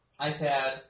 iPad